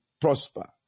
prosper